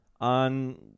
on